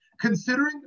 Considering